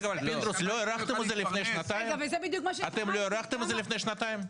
פינדרוס, אתם לא הארכתם את זה לפני שנתיים?